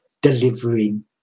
delivering